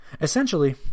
Essentially